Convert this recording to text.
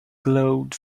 glowed